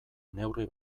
neurri